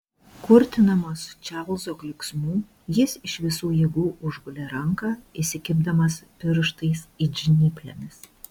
kurtinamas čarlzo klyksmų jis iš visų jėgų užgulė ranką įsikibdamas pirštais it žnyplėmis